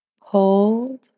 hold